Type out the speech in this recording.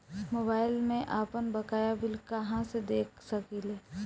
Mobile में आपनबकाया bill कहाँसे देख सकिले?